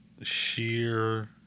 Sheer